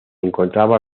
encontraba